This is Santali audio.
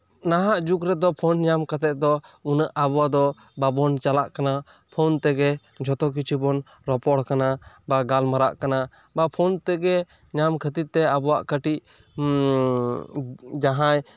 ᱱᱟᱦᱟᱜ ᱡᱩᱜᱽ ᱨᱮᱫᱚ ᱯᱷᱳᱱ ᱧᱟᱢ ᱠᱟᱛᱮᱜ ᱫᱚ ᱩᱱᱟᱹᱜ ᱟᱵᱚ ᱫᱚ ᱵᱟᱵᱚᱱ ᱪᱟᱞᱟᱜ ᱠᱟᱱᱟ ᱯᱷᱳᱱ ᱛᱮᱜᱮ ᱡᱷᱚᱛᱚ ᱠᱤᱪᱷᱩ ᱵᱚᱱ ᱨᱚᱯᱚᱲ ᱠᱟᱱᱟ ᱵᱟ ᱜᱟᱞᱢᱟᱨᱟᱜ ᱠᱟᱱᱟ ᱵᱟ ᱯᱷᱳᱱ ᱛᱮᱜᱮ ᱧᱟᱢ ᱠᱷᱟᱹᱛᱤᱨ ᱛᱮ ᱟᱵᱚᱣᱟᱜ ᱠᱟᱹᱴᱤᱡ ᱡᱟᱦᱟᱸᱭ